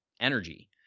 energy